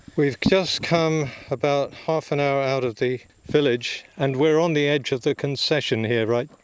we've just come about half an hour out of the village and we are on the edge of the concession here, right?